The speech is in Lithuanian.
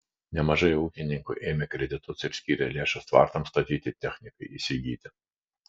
nemažai ūkininkų ėmė kreditus ir skyrė lėšas tvartams statyti technikai įsigyti